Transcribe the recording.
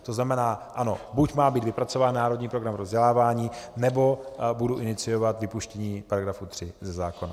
To znamená ano, buď má být vypracován Národní program vzdělávání, nebo budu iniciovat vypuštění § 3 ze zákona.